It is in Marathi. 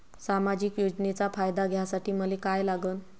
सामाजिक योजनेचा फायदा घ्यासाठी मले काय लागन?